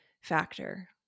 factor